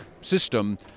system